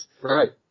Right